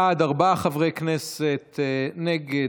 בעד, ארבעה חברי כנסת, נגד,